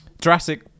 Jurassic